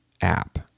app